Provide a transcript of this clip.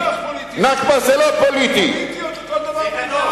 בטח פוליטי, הן פוליטיות לכל דבר ועניין.